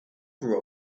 grew